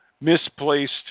misplaced